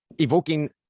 evoking